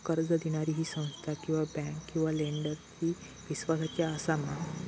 कर्ज दिणारी ही संस्था किवा बँक किवा लेंडर ती इस्वासाची आसा मा?